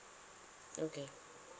okay